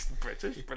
British